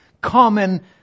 Common